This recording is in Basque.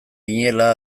ginela